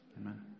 Amen